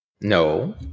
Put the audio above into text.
No